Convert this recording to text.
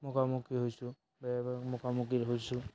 মুখামুখি হৈছোঁ মুখামুখি হৈছোঁ